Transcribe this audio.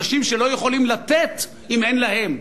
אנשים שלא יכולים לתת אם אין להם.